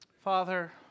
Father